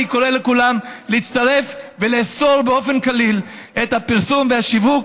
אני קורא לכולם להצטרף ולאסור כליל את הפרסום והשיווק,